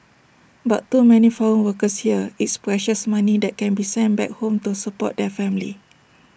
but to many foreign workers here it's precious money that can be sent back home to support their family